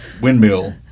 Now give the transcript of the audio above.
windmill